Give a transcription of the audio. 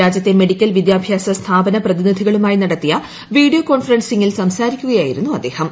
രാജ്യത്തെ മെഡിക്കൽ വിദ്യാഭ്യാസ സ്ഥാപന പ്രതിനിധികളുമായി നടത്തിയ വീഡിയോ കോൺഫെറൻസിംഗിൽ സംസാരിക്കുകയായിരുന്നു അദ്ദേഹം